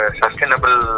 sustainable